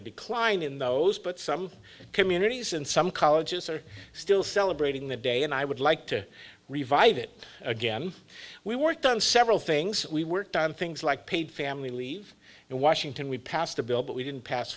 a decline in those but some communities and some colleges are still celebrating the day and i would like to revive it again we worked on several things we worked on things like paid family leave in washington we passed a bill but we didn't pass